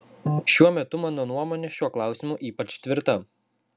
šiuo metu mano nuomonė šiuo klausimu ypač tvirta